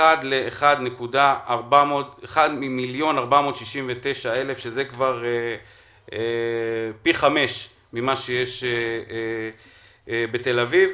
1 ל-1,469,000 פי 5 פחות ממה שיש בתל אביב.